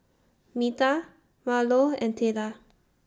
Metha Marlo and Tayla